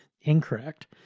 incorrect